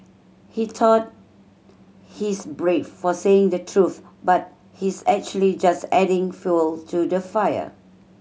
he thought he's brave for saying the truth but he's actually just adding fuel to the fire